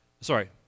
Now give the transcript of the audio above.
sorry